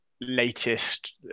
latest